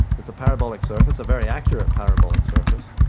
it's a parabolic surface, a very accurate parabolic surface,